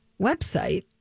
website